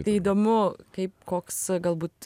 tai įdomu kaip koks galbūt